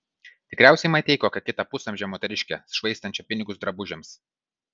tikriausiai matei kokią kitą pusamžę moteriškę švaistančią pinigus drabužiams